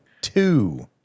two